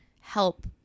help